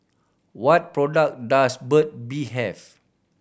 what product does Burt Bee have